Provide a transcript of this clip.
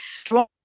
strong